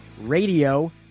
Radio